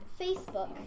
Facebook